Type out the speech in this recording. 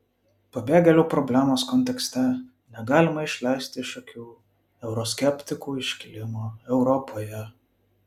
pabėgėlių problemos kontekste negalima išleisti iš akių euroskeptikų iškilimo europoje